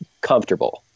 comfortable